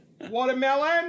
Watermelon